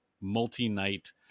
multi-night